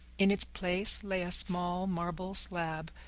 in its place lay a small marble slab,